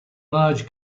large